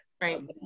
right